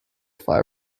five